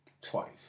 twice